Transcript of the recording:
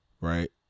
right